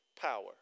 power